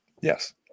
Yes